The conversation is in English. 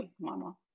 mama